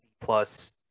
plus